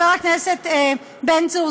חבר הכנסת בן צור,